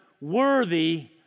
worthy